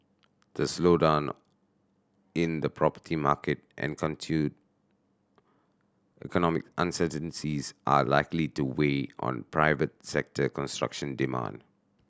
the slowdown in the property market and continued economic uncertainties are likely to weigh on private sector construction demand